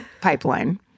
pipeline